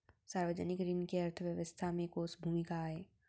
सार्वजनिक ऋण के अर्थव्यवस्था में कोस भूमिका आय?